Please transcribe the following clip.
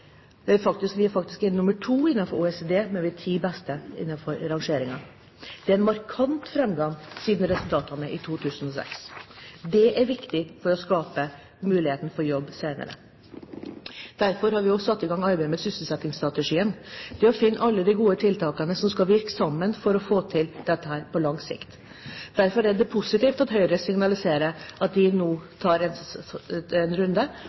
Vi er faktisk nr. 2 innenfor OECD, men vi er blant de ti beste innenfor rangeringen. Det er en markant framgang siden resultatene i 2006. Det er viktig for å skape muligheten for jobb senere. Derfor har vi også satt i gang arbeidet med sysselsettingsstrategien – det å finne alle de gode tiltakene som skal virke sammen for å få til dette på lang sikt. Derfor er det positivt at Høyre signaliserer at de nå tar en runde,